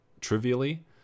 trivially